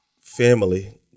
family